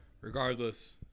regardless